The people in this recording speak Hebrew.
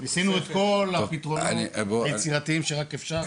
ניסינו את כל הפתרונות היצירתיים שרק אפשר.